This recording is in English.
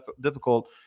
difficult